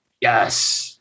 Yes